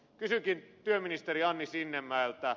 kysynkin työministeri anni sinnemäeltä